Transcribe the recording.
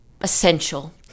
essential